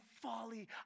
folly